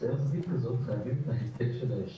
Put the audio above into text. ככה התלמיד יכול לרוץ